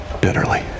bitterly